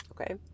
okay